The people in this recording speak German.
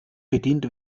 bedient